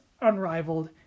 unrivaled